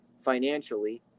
financially